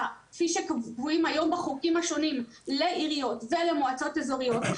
כפי שקבועים היום בחוקים השונים לעיריות ולמועצות אזוריות,